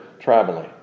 traveling